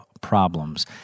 problems